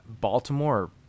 Baltimore